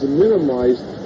minimized